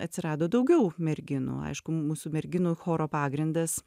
atsirado daugiau merginų aišku mūsų merginų choro pagrindas